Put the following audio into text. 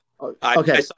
Okay